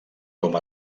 com